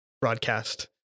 broadcast